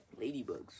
ladybugs